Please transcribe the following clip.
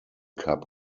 cup